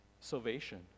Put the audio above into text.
salvation